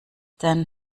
denn